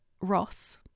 Ross